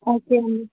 ఓకేనండి